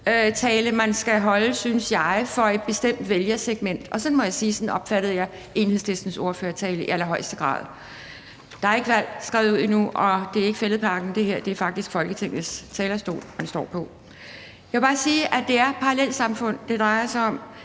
en fedtetale, synes jeg, for et bestemt vælgersegment. Og jeg må sige, at sådan opfattede jeg Enhedslistens ordførertale i allerhøjeste grad. Der er ikke udskrevet valg endnu, og det her er ikke Fælledparken, det er faktisk Folketingets talerstol, man står på. Jeg vil bare sige, at det er parallelsamfund, det drejer sig om.